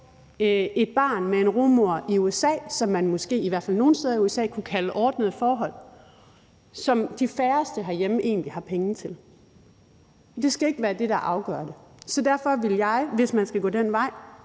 et barn med en rugemor i USA – i hvert fald de steder, hvor man måske kunne kalde det ordnede forhold – som de færreste herhjemme egentlig har penge til. Men det skal ikke være det, der afgør det. Så derfor vil jeg, hvis man skal gå den vej,